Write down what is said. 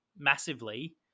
massively